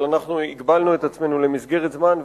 אבל אנחנו הגבלנו את עצמנו למסגרת זמן,